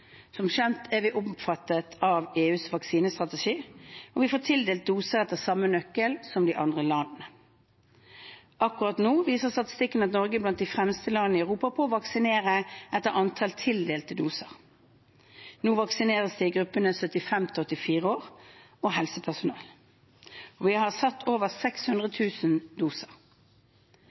Som kjent er vi omfattet av EUs vaksinestrategi, og vi får tildelt doser etter samme nøkkel som de andre landene. Akkurat nå viser statistikken at Norge er blant de fremste landene i Europa på å vaksinere etter antallet tildelte doser. Nå vaksineres det i gruppene 75–84 år og helsepersonell. Vi har satt over 600 000 doser.